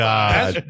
God